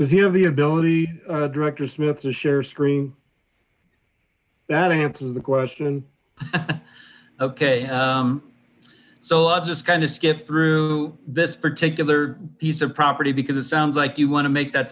you have the ability director smith to share a screen that answers the question ok so i'll just kind of skip through this particular piece of property because it sounds like you want to make that